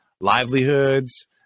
livelihoods